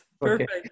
Perfect